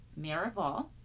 Miraval